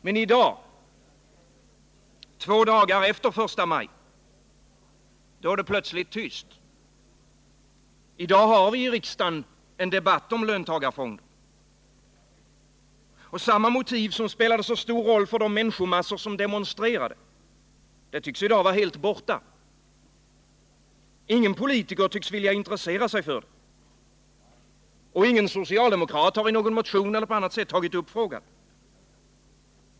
Men i dag, två dagar efter första maj, då är det plötsligt tyst. I dag har vi i riksdagen en debatt om löntagarfonder, men samma motiv som spelade så stor roll för de människor som demonstrerade tycks i dag vara helt borta. Ingen politiker tycks vilja intressera sig för det. Ingen socialdemokrat har i någon motion eller på annat sätt tagit upp frågan.